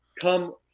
come